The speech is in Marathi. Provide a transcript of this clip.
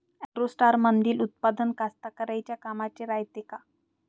ॲग्रोस्टारमंदील उत्पादन कास्तकाराइच्या कामाचे रायते का?